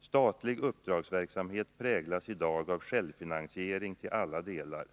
Statlig uppdragsverksamhet präglas i dag av självfinansiering till alla delar.